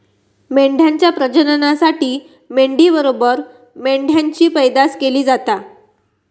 मेंढ्यांच्या प्रजननासाठी मेंढी बरोबर मेंढ्यांची पैदास केली जाता